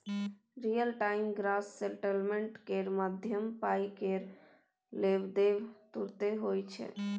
real time gross settlement केर माध्यमसँ पाइ केर लेब देब तुरते होइ छै